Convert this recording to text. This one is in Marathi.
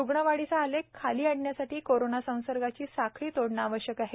रुग्णवाढीचा आलेख खाली आणण्यासाठी कोरोना संसर्गाची साखळी तोडणे आवश्यक आहे